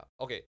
Okay